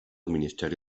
ministeri